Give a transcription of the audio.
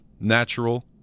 Natural